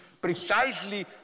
precisely